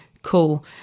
cool